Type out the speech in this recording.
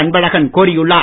அன்பழகன் கோரியுள்ளார்